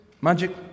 magic